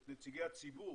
את נציגי הציבור